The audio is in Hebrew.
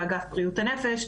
באגף בריאות הנפש.